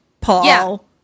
Paul